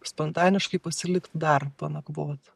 spontaniškai pasilikt dar panakvot